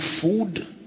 food